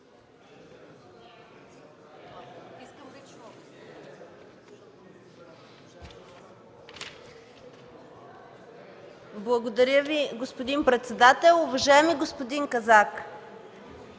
Благодаря Ви, госпожо председател, уважаеми господин